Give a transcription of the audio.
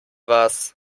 was